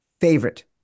favorite